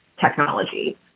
technology